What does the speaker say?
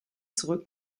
zurück